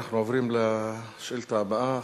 אנחנו עוברים לשאילתא הבאה,